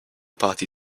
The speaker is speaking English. party